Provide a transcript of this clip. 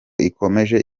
ikomeje